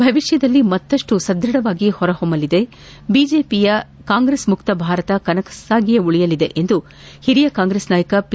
ಭವಿಷ್ಣದಲ್ಲಿ ಮತ್ತಷ್ಟು ಸದೃಢವಾಗಿ ಹೊರಹೊಮ್ನಲಿದೆ ಬಿಜೆಪಿಯ ಕಾಂಗ್ರೆಸ್ ಮುಕ್ತ ಭಾರತ ಕನಸಾಗಿಯೇ ಉಳಿಯಲಿದೆ ಎಂದು ಹಿರಿಯ ಕಾಂಗ್ರೆಸ್ ನಾಯಕ ಪಿ